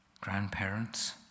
grandparents